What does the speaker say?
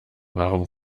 warum